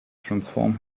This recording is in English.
transform